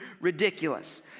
ridiculous